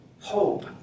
hope